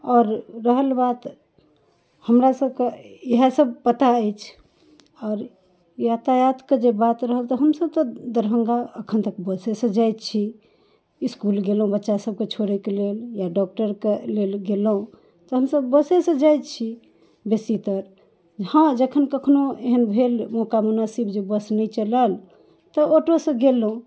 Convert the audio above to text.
आओर रहल बात हमरा सभके इएहसब पता अछि आओर यातायातके जे बात रहल तऽ हमसब तऽ दरभङ्गा एखन तक बसेसँ जाइ छी इसकुल गेलहुँ बच्चा सभके छोड़ैके लेल या डॉक्टरके लेल गेलहुँ तऽ हमसब बसेसँ जाइ छी बेसीतर हँ जखन कखनो एहन भेल मौका मुनासिब जे बस नहि चलल तऽ ऑटोसँ गेलहुँ